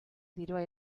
dirua